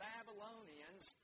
Babylonians